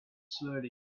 slowly